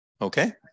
Okay